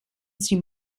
sie